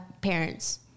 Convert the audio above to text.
Parents